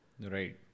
Right